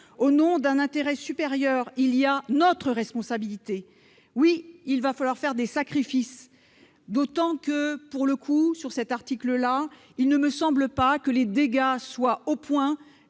Au nom d'un intérêt supérieur, il y a notre responsabilité. Oui, il va falloir faire des sacrifices, d'autant que, s'agissant du présent article, il ne me semble pas que les dégâts soient tels